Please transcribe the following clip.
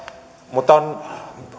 mutta on